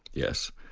yes.